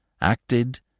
acted